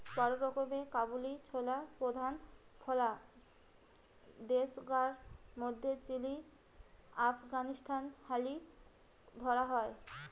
বড় রকমের কাবুলি ছোলার প্রধান ফলা দেশগার মধ্যে চিলি, আফগানিস্তান হারি ধরা হয়